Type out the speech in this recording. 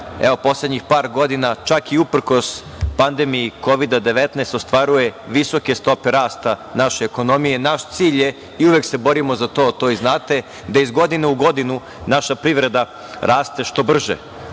poslednjih par godina, čak i uprkos pandemiji Kovida 19, ostvaruje visoke stope rasta naše ekonomije. Naš cilj je, i uvek se borimo za to, to i znate, da iz godine u godinu naša privreda raste što brže.